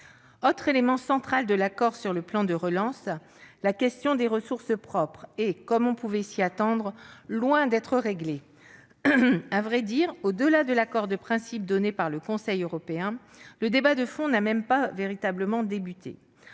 Autre élément central de l'accord sur le plan de relance, la question des ressources propres est, comme on pouvait s'y attendre, loin d'être réglée. À vrai dire, au-delà de l'accord de principe donné par le Conseil européen, le débat de fond n'a même pas véritablement débuté.